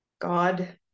God